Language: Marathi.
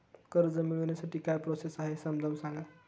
कर्ज मिळविण्यासाठी काय प्रोसेस आहे समजावून सांगा